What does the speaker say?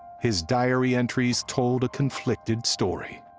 his diary entries told a conflicted story.